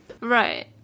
Right